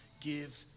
give